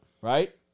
Right